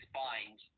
find